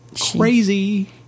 Crazy